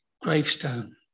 gravestone